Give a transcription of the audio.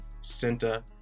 center